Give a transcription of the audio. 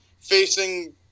facing